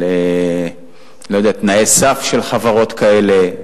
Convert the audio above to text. על תנאי הסף לחברות האלה,